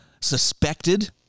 suspected